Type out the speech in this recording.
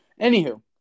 Anywho